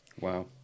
Wow